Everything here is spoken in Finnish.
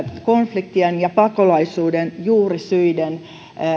konfliktien ja pakolaisuuden juurisyiden